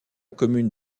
commune